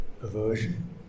aversion